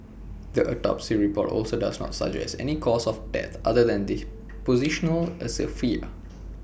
the autopsy report also does not suggest any cause of death other than positional asphyxia